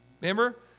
Remember